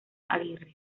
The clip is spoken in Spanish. aguirre